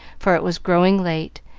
for it was growing late,